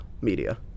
media